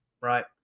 right